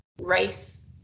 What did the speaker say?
race